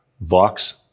Vox